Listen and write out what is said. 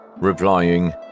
replying